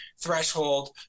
threshold